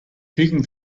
peeking